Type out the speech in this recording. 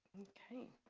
okay,